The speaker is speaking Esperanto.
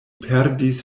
perdis